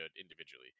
individually